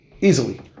easily